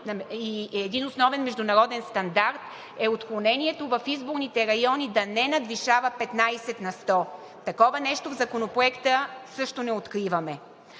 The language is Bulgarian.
един основен международен стандарт е отклонението в изборните райони да не надвишава 15 на сто. Такова нещо в Законопроекта също не откриваме.